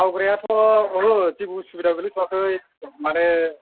माउग्रायाथ' ओहो जेबो उसुबिदा गोलैथ'याखै माने